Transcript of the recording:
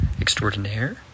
extraordinaire